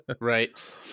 right